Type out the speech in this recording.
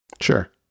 Sure